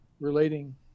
relating